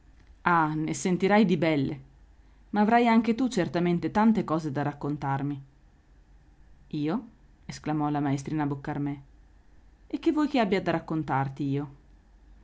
ah ne sentirai di belle ma avrai anche tu certamente tante cose da raccontarmi io esclamò la maestrina boccarmè e che vuoi che abbia da raccontarti io